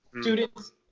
Students